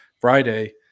Friday